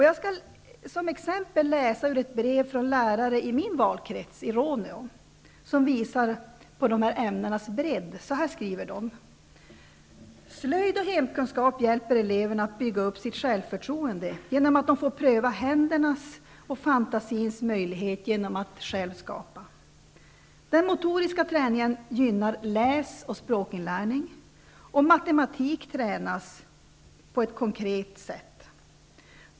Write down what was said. Jag skall som ett exempel på detta läsa ur ett brev från lärare i min valkrets, Råneå. Härmed visar man på nämnda ämnens bredd. Man skriver så här: ''Slöjd och hemkunskap hjälper eleverna att bygga upp sitt självförtroende genom att de får pröva händernas och fantasins möjligheter genom ett eget skapande. Den motoriska träningen gynnar bl a läsoch språkinlärning. Matematik tränas på ett konkret och meningsfullt sätt i dessa ämnen.